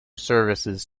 services